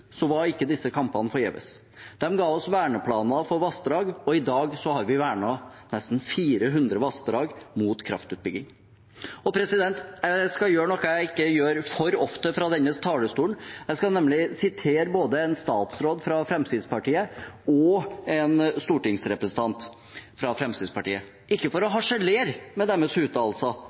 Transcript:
var ikke disse kampene forgjeves. De ga oss verneplaner for vassdrag, og i dag har vi vernet nesten 400 vassdrag mot kraftutbygging. Jeg skal gjøre noe jeg ikke gjør for ofte fra denne talerstolen, jeg skal nemlig sitere både en statsråd fra Fremskrittspartiet og en stortingsrepresentant fra Fremskrittspartiet – ikke for å harselere med deres uttalelser,